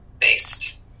based